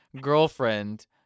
girlfriend